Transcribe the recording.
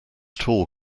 tall